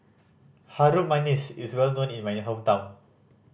Harum Manis is well known in my hometown